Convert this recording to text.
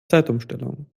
zeitumstellung